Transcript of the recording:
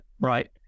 right